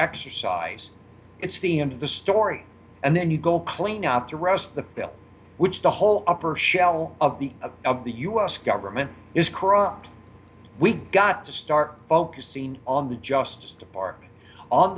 exercise it's the end of the story and then you go clean up the rest of the bill which the whole upper shell of the of the us government is corrupt we got to start focusing on the justice